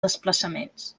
desplaçaments